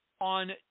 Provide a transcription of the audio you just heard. on